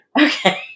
Okay